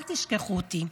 "אל תשכחו אותי".